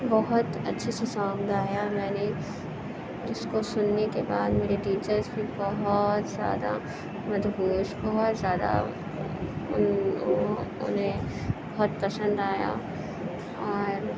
بہت اچھے سے سانگ گایا میں نے اس کو سننے کے بعد میرے ٹیچرس پھر بہت زیادہ مت پوچھ بہت زیادہ انہیں بہت پسند آیا اور